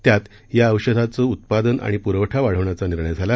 त्यात या औषधाचं उत्पादन आणि पुरवठा वाढण्याचा निर्णय झाला